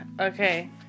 Okay